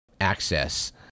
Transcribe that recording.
access